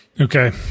Okay